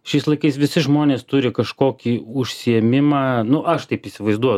šiais laikais visi žmonės turi kažkokį užsiėmimą nu aš taip įsivaizduoju